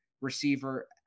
receiver